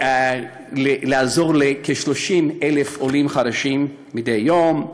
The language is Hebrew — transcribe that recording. לעזור לכ-30,000 עולים חדשים מדי יום.